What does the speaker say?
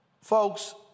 folks